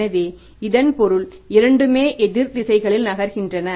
எனவே இதன் பொருள் இரண்டுமே எதிர் திசைகளில் நகர்கின்றன